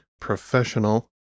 professional